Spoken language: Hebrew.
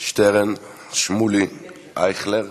שטרן, שמולי, אייכלר,